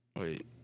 Wait